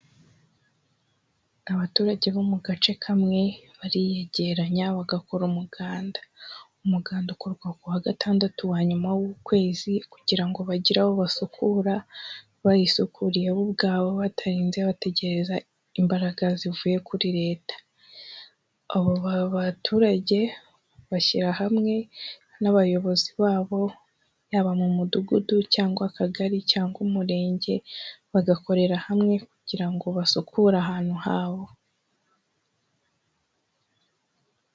Abaturage bo mu gace kamwe bariyegeranya bagakora umuganda, umuganda ukorwa ku wa gatandatu wa nyuma w'ukwezi kugira ngo bagire aho basukura bahisukuriye bo ubwabo batarinze bategereza imbaraga zivuye kuri leta. Abo ba baturage bashyira hamwe n'abayobozi babo yaba mu mudugudu cyangwa akagari cyangwa umurenge bagakorera hamwe kugira ngo basukure ahantu habo.